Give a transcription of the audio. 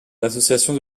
l’association